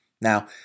Now